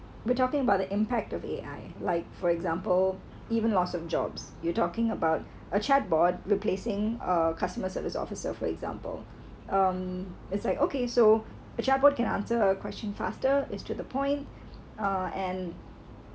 we're talking about the impact of A_I like for example even loss of jobs you talking about a chat bot replacing uh customer service officer for example um it's like okay so a chat board can answer a question faster is to the point uh and